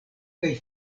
kaj